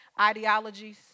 ideologies